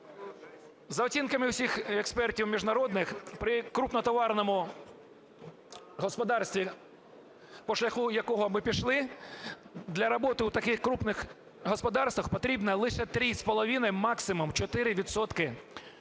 За оцінками всіх експертів міжнародних при крупнотоварному господарстві, по шляху якого ми пішли, для роботи у таких крупних господарствах потрібно лише 3,5, максимум 4 відсотки